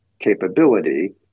capability